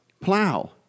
Plow